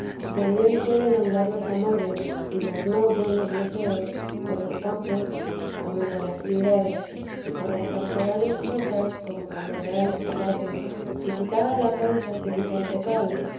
y también suelen andar los amores y los no buenos deseos por los campos como por las ciudades y por las pastorales chozas como por los reales palacios y quitada la causa se quita el pecado